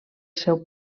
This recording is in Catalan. seu